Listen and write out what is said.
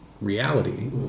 reality